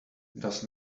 does